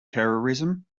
terrorism